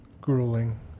grueling